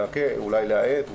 אולי להאט,